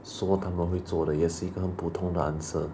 说他们会做的也是一个很普通的 answer